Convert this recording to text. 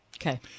Okay